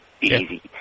easy